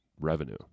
revenue